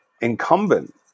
incumbent